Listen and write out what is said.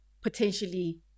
potentially